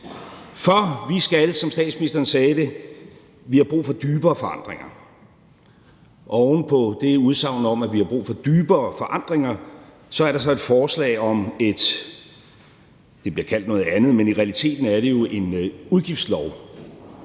for vi har, som statsministeren sagde det, brug for dybere forandringer. Oven på det udsagn om, at vi har brug for dybere forandringer, er der så et forslag om en, det bliver kaldt noget andet, men i realiteten er det jo en udgiftslov.